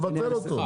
אותו.